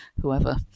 whoever